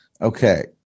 Okay